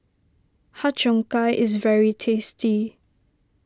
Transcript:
Har Cheong Gai is very tasty